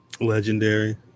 Legendary